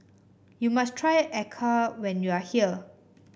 you must try Acar when you are here